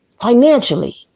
financially